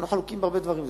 אנחנו חלוקים בהרבה דברים,